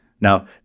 Now